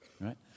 right